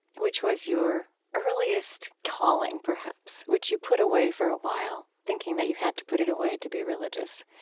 which was your earliest calling, perhaps, which you put away for a while, thinking that you had to put it away to be religious,